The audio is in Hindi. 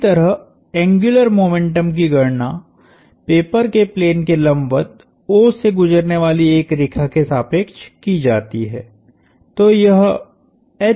इसी तरह एंग्युलर मोमेंटम की गणना पेपर के प्लेन के लंबवत O से गुजरने वाली एक रेखा के सापेक्ष की जाती है